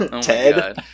Ted